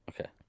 Okay